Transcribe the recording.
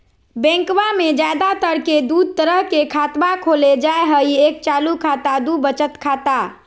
बैंकवा मे ज्यादा तर के दूध तरह के खातवा खोलल जाय हई एक चालू खाता दू वचत खाता